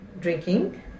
drinking